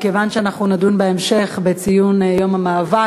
מכיוון שאנחנו נדון בהמשך בציון יום המאבק